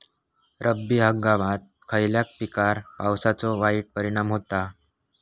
रब्बी हंगामात खयल्या पिकार पावसाचो वाईट परिणाम होता?